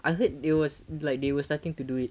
I heard they was like they were starting to do it